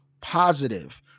positive